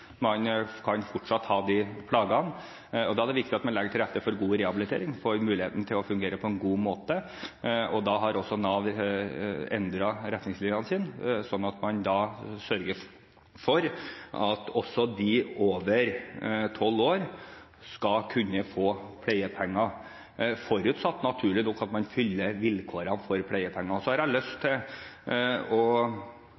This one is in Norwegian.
Man kan fortsatt ha de plagene, og da er det viktig at man legger til rette for god rehabilitering og får muligheten til å fungere på en god måte. Derfor har også Nav endret retningslinjene sine sånn at man sørger for at også de over 12 år skal kunne få pleiepenger, forutsatt – naturlig nok – at man fyller vilkårene for pleiepenger. Så har jeg lyst